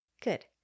Good